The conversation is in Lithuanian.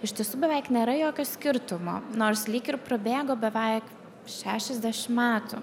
iš tiesų beveik nėra jokio skirtumo nors lyg ir prabėgo beveik šešiasdešim metų